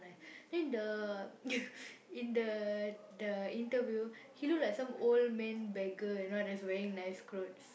then the in the the interview he look like some old man beggar you know just wearing nice clothes